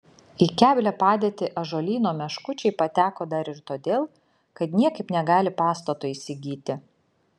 į keblią padėtį ąžuolyno meškučiai pateko dar ir todėl kad niekaip negali pastato įsigyti